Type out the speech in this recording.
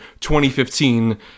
2015